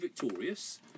victorious